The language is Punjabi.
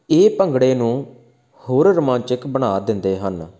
ਇਹ ਭੰਗੜੇ ਨੂੰ ਹੋਰ ਰੋਮਾਂਚਕ ਬਣਾ ਦਿੰਦੇ ਹਨ